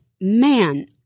man